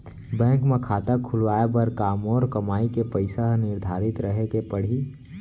Bank म खाता खुलवाये बर का मोर कमाई के पइसा ह निर्धारित रहे के पड़ही?